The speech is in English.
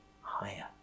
higher